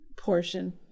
portion